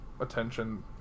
attention